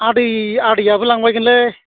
आदै आदैयाबो लांबायगोनलै